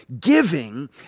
Giving